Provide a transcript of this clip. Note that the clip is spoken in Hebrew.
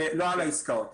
לא על העסקאות.